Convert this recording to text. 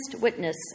witness